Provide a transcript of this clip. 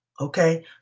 Okay